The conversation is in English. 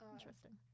Interesting